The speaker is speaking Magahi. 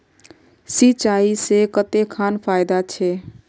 सिंचाई से कते खान फायदा छै?